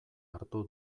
hartu